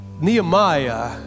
Nehemiah